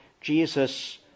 Jesus